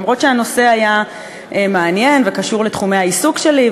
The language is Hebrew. אף-על-פי שהנושא היה מעניין וקשור לתחומי העיסוק שלי,